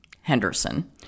Henderson